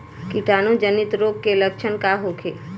कीटाणु जनित रोग के लक्षण का होखे?